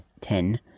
ten